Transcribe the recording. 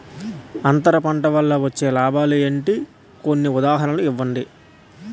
అంతర పంట వల్ల వచ్చే లాభాలు ఏంటి? కొన్ని ఉదాహరణలు ఇవ్వండి?